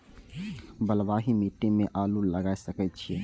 बलवाही मिट्टी में आलू लागय सके छीये?